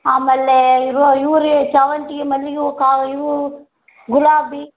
ಆಮೇಲೆ ಇರ್ವ ಇವು ರಿ ಸಾವಂತಿಗೆ ಮಲ್ಲಿಗೆ ಹೂ ಇವು ಗುಲಾಬಿ